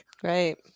Great